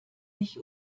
mich